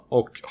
och